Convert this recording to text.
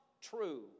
true